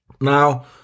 Now